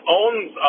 owns